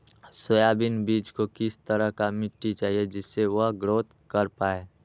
Soybean बीज को किस तरह का मिट्टी चाहिए जिससे वह ग्रोथ कर पाए?